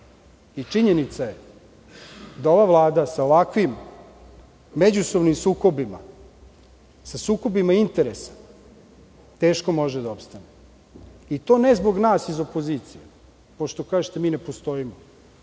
Činjenica je da ova Vlada sa ovakvim međusobnim sukobima, sa sukobima interesa, teško može da opstane, i to ne zbog nas iz opozicije, pošto kažete da mi ne postojimo,